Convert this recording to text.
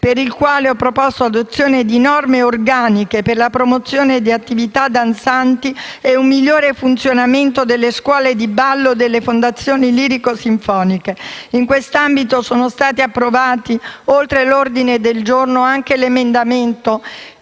per il quale ho proposto l'adozione di norme organiche per la promozione delle attività danzanti e per un migliore funzionamento delle scuole di ballo delle fondazioni lirico-sinfoniche. In quest'ambito sono stati approvati, oltre ad un ordine del giorno, anche un emendamento